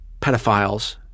pedophiles